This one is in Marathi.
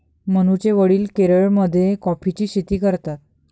मनूचे वडील केरळमध्ये कॉफीची शेती करतात